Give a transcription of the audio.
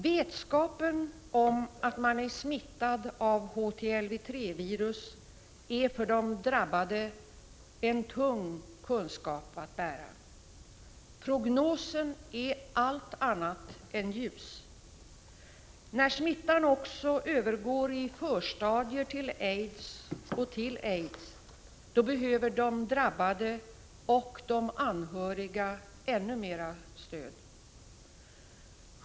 Vetskapen om att vara smittad av HTLV-III-virus är för de drabbade en tung kunskap att bära. Prognosen är allt annat än ljus. När smittan också övergår i förstadier till aids och till aids behöver de drabbade och de anhöriga ännu mera stöd.